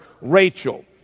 Rachel